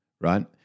right